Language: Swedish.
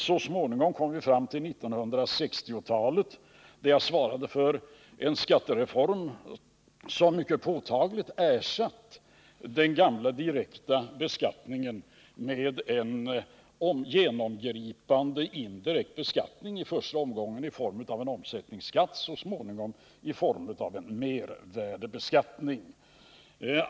Så småningom kom vi fram till 1960-talet, då jag svarade för en skattereform som mycket påtagligt ersatte den gamla direkta beskattningen med en genomgripande indirekt beskattning — i första omgången i form av en omsättningsskatt, så småningom i form av en mervärdeskatt.